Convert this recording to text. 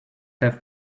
have